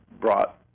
brought